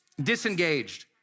disengaged